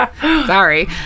sorry